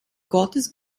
gottes